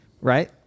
right